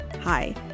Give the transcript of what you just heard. Hi